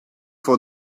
for